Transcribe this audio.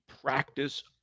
practice